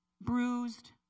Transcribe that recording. bruised